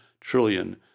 trillion